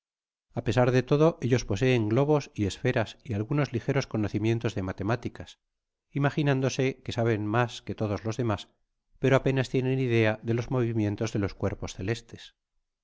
a pesar de todo ellos poseen globos y esferas y algunos ligeros conocimientos de matemáticas imaginándose que saben mas que todos los demas pero apenas tienen idea de los movimientos de los cuerpos celestes